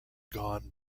gone